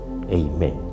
Amen